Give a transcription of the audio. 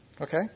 Okay